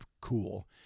cool